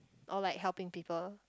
or like helping people